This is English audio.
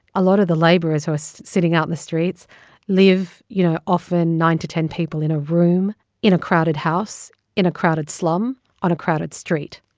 a lot of the laborers who are so sitting out in the streets live, you know, often nine to ten people in a room in a crowded house in a crowded slum on a crowded street.